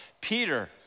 Peter